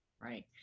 right